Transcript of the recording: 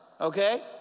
okay